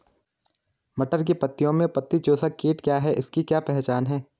मटर की पत्तियों में पत्ती चूसक कीट क्या है इसकी क्या पहचान है?